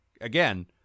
again